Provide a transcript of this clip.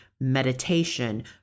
meditation